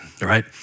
right